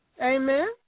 Amen